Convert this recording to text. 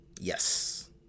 yes